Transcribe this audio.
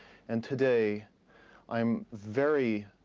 and today i am very,